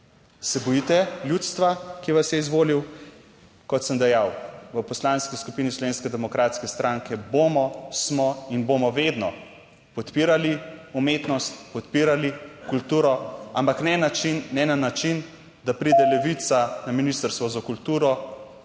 Se bojite ljudstva, ki vas je izvolil? Kot sem dejal, v Poslanski skupini Slovenske demokratske stranke bomo, smo in bomo vedno podpirali umetnost, podpirali kulturo, ampak ne na način, ne na način, da pride Levica na Ministrstvo za kulturo